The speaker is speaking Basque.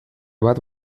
bat